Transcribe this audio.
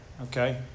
Okay